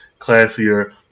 classier